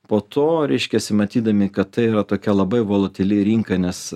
po to reiškiasi matydami kad tai yra tokia labai voluteli rinka nes